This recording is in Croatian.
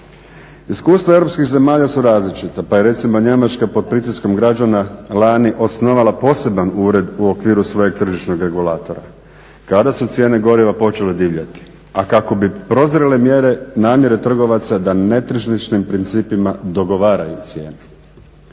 Iskustava europskih zemalja su različita pa je recimo Njemačka pod pritiskom građana lani osnovala poseban ured u okviru svojeg tržišnog regulatora kada su cijene goriva počele divljati a kako bi prozrele mjere namjere trgovaca da netržišnim principima dogovaraju cijene.